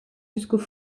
jusqu’au